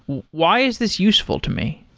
why is this useful to me?